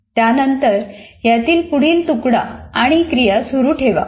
त्यानंतर यातील पुढील तुकडा आणि क्रिया सुरू ठेवा